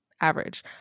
Average